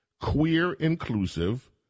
queer-inclusive